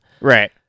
Right